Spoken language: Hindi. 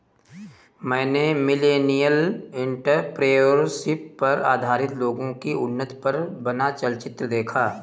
मैंने मिलेनियल एंटरप्रेन्योरशिप पर आधारित लोगो की उन्नति पर बना चलचित्र देखा